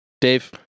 Dave